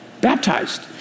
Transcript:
baptized